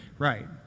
Right